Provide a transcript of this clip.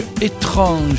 étrange